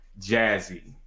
Jazzy